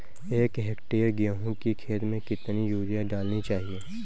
एक हेक्टेयर गेहूँ की खेत में कितनी यूरिया डालनी चाहिए?